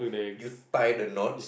you tie the knots